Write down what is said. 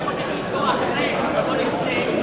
אתה יכול להגיד אז אני בא ואומר שאם אתם מבטלים את ההסתייגויות,